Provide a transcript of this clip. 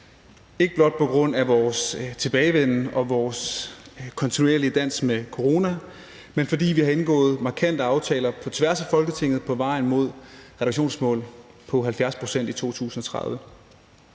ikke blot på grund af vores tilbagevenden og vores kontinuerlige dans med corona, men fordi vi har indgået markante aftaler på tværs af Folketinget på vej mod reduktionsmålet på 70 pct. i 2030.